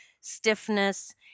stiffness